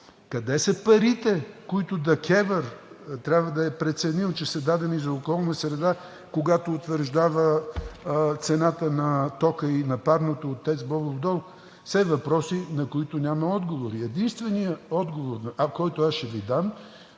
Къде са парите, които КЕВР трябва да е преценила, че са дадени за околна среда, когато утвърждава цената на тока и на парното от ТЕЦ „Бобов дол“? Все въпроси, на които няма отговори. Единственият отговор, който аз ще Ви дам,